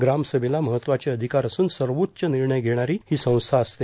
ग्रामसभेला महत्वाचे अधिकार असून सर्वोच्च निर्णय घेणारी ही संस्था असते